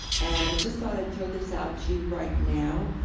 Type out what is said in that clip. and i'd just thought i'd throw this out to you right now,